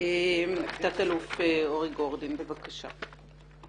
תת-אלוף אורי גורדין, בבקשה.